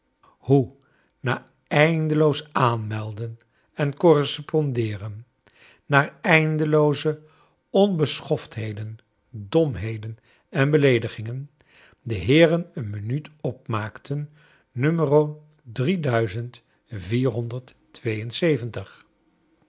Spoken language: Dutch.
hoe na eindeloos aanmelden en correspondeeren na eindelooze onbeschoftheden domheden en beleedigingen de heeren een minuut opmaakten